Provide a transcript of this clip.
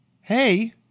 hey